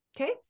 okay